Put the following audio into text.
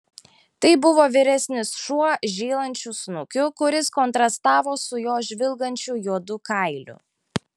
tai buvo vyresnis šuo žylančiu snukiu kuris kontrastavo su jo žvilgančiu juodu kailiu